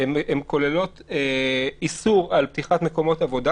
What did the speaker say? כוללות איסור על פתיחת מקומות עבודה,